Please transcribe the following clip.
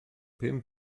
pum